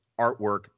artwork